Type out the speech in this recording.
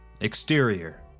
exterior